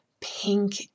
pink